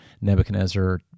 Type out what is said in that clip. Nebuchadnezzar